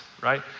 right